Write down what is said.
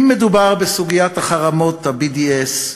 אם מדובר בסוגיית החרמות, ה-BDS,